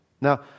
Now